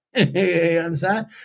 understand